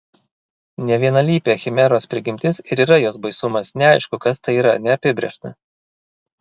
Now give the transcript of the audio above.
nevienalypė chimeros prigimtis ir yra jos baisumas neaišku kas tai yra neapibrėžta